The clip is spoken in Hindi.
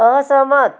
असहमत